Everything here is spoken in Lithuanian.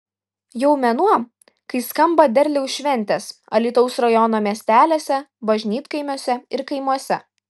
jau mėnuo kai skamba derliaus šventės alytaus rajono miesteliuose bažnytkaimiuose ir kaimuose